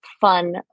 fun